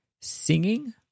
singing